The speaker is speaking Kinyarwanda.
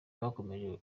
bakomeje